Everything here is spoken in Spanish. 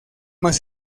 más